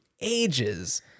ages